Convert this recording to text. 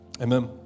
Amen